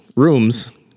rooms